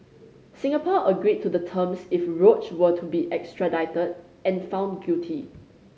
Singapore agreed to the terms if Roach were to be extradited and found guilty